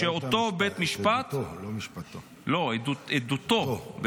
שאותו בית משפט --- את עדותו,